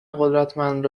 قدرتمند